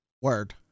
word